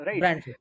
right